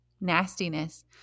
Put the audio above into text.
nastiness